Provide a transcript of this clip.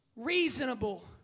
Reasonable